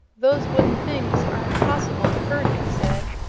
those wooden things are impossible to hurt, he said,